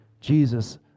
Jesus